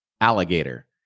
Alligator